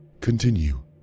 continue